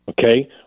okay